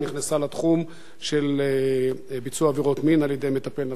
היא נכנסה לתחום של ביצוע עבירות מין על-ידי מטפל נפשי.